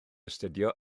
astudio